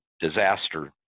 disaster